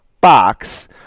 box